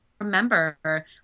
Remember